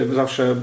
zawsze